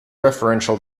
referential